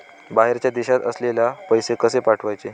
बाहेरच्या देशात असलेल्याक पैसे कसे पाठवचे?